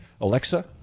Alexa